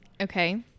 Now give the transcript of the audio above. Okay